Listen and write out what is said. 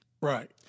Right